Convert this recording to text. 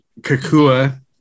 Kakua